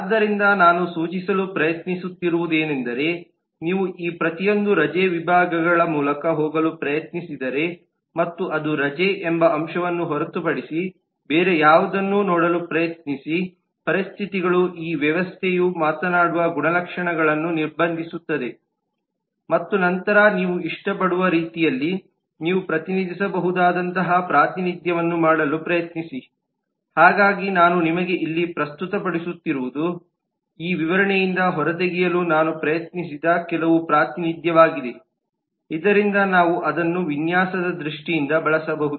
ಆದ್ದರಿಂದ ನಾನು ಸೂಚಿಸಲು ಪ್ರಯತ್ನಿಸುತ್ತಿರುವುದೇನೆಂದರೆ ನೀವು ಈ ಪ್ರತಿಯೊಂದು ರಜೆ ವಿಭಾಗಗಳ ಮೂಲಕ ಹೋಗಲು ಪ್ರಯತ್ನಿಸಿದರೆ ಮತ್ತು ಅದು ರಜೆ ಎಂಬ ಅಂಶವನ್ನು ಹೊರತುಪಡಿಸಿ ಬೇರೆ ಯಾವುದನ್ನು ನೋಡಲು ಪ್ರಯತ್ನಿಸಿ ಪರಿಸ್ಥಿತಿಗಳು ಈ ವ್ಯವಸ್ಥೆಯು ಮಾತನಾಡುವ ಗುಣಲಕ್ಷಣಗಳನ್ನು ನಿರ್ಬಂಧಿಸುತ್ತದೆ ಮತ್ತು ನಂತರ ನೀವು ಇಷ್ಟಪಡುವ ರೀತಿಯಲ್ಲಿ ನೀವು ಪ್ರತಿನಿಧಿಸಬಹುದಾದಂತಹ ಪ್ರಾತಿನಿಧ್ಯವನ್ನು ಮಾಡಲು ಪ್ರಯತ್ನಿಸಿ ಹಾಗಾಗಿ ನಾನು ನಿಮಗೆ ಇಲ್ಲಿ ಪ್ರಸ್ತುತಪಡಿಸುವುದು ಈ ವಿವರಣೆಯಿಂದ ಹೊರತೆಗೆಯಲು ನಾನು ಪ್ರಯತ್ನಿಸಿದ ಕೆಲವು ಪ್ರಾತಿನಿಧ್ಯವಾಗಿದೆ ಇದರಿಂದ ನಾವು ಅದನ್ನು ವಿನ್ಯಾಸದ ದೃಷ್ಟಿಯಿಂದ ಬಳಸಬಹುದು